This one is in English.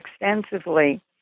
extensively